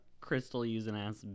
crystal-using-ass